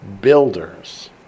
builders